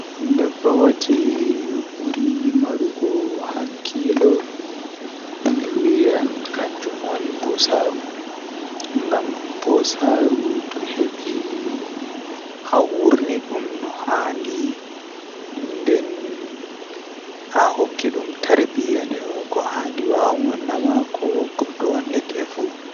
Ndikka mi tokka larugo mi wala nana ngam tomi don laara mi andan kala ko fe'oto kala ko fe'e pat mi laran nden bo mi laaran bikkon am mi laaran sobiraabe am mi laaran saro'en am amma bo to midon nana on tan mi nanan be amma mi laarata be kanjum do nawdum masin